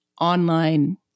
online